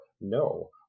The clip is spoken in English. no